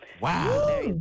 Wow